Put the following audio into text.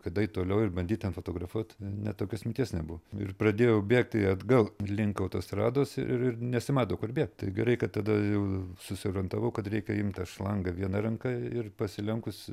kad eit toliau ir bandyt ten fotografuot net tokios minties nebuvo ir pradėjau bėgti atgal link autostrados ir nesimato kur bėgt tai gerai kad tada jau susiorientavau kad reikia imt tą šlangą viena ranka ir pasilenkus